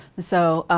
so,